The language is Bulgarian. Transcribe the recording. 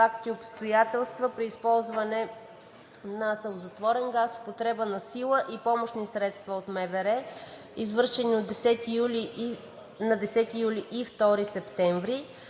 факти и обстоятелства при използване на сълзотворен газ, употреба на сила и помощни средства от МВР, извършени на 10 юли и 2 септември